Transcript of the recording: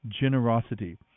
generosity